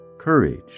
Courage